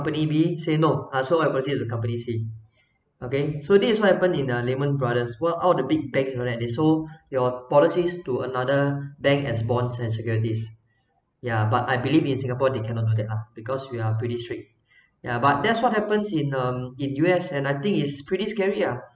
company B say no ah I proceed to company C okay so this is what happened in the lehman brothers while all the big banks and all that they saw your policies to another bank as bonds and securities yeah but I believe in singapore they cannot do that lah because we are pretty strict yeah but that's what happens in um in U_S and I think it's pretty scary ah